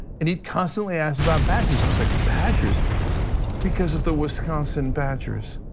and he constantly asked about badgers i was like, badgers because of the wisconsin badgers.